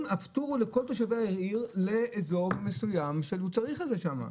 הפטור הוא לכל תושבי העיר לאזור מסוים שהוא צריך את זה שם.